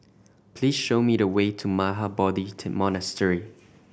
please show me the way to Mahabodhi Monastery